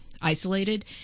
isolated